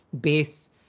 base